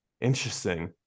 Interesting